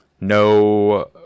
No